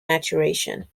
maturation